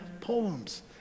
poems